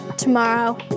tomorrow